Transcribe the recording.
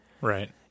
Right